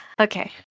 Okay